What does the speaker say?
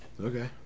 Okay